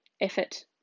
effort